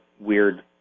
weird